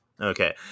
Okay